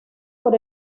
por